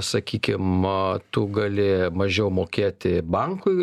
sakykim tu gali mažiau mokėti bankui